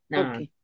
okay